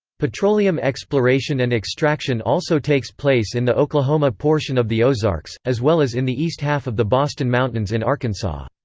petroleum exploration and extraction also takes place in the oklahoma portion of the ozarks, as well as in the east half of the boston mountains in arkansas.